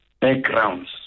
backgrounds